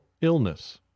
illness